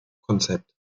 konzept